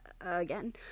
again